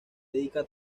dedica